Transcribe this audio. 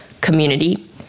community